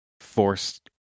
forced